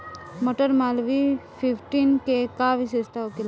मटर मालवीय फिफ्टीन के का विशेषता होखेला?